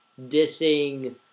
dissing